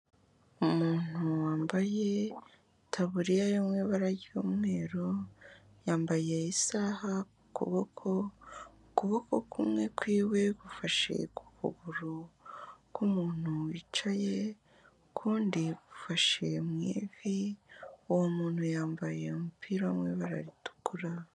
Umuntu wambaye itaburiya yo mu ibara ry'umweru, yambaye isaha ku kuboko, ukuboko kumwe kw'iwe gufashe ukuguru kw'umuntu wicaye, ukundi gufashe mu ivi, uwo muntu yambaye umupira wo mu ibara ritukura.